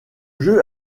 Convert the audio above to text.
jeu